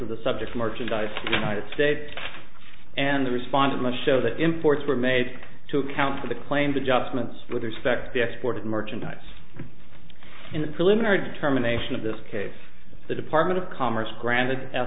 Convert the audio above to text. of the subject merchandise united states and the responded much show that imports were made to account for the claimed adjustments with respect the export of merchandise in the preliminary determination of this case the department of commerce granted